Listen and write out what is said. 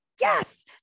yes